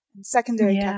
secondary